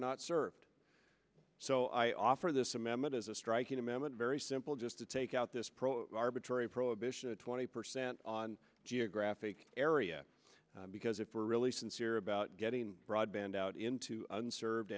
not served so i offer this amendment as a striking amendment very simple just to take out this pro arbitrary prohibition twenty percent on geographic area because if we're really sincere about getting broadband out into unserved